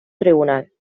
tribunal